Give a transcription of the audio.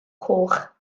coch